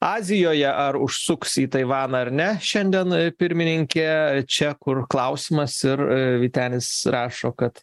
azijoje ar užsuks į taivaną ar ne šiandien pirmininkė čia kur klausimas ir vytenis rašo kad